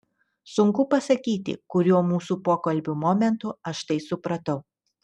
sunku pasakyti kuriuo mūsų pokalbio momentu aš tai supratau